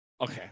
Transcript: okay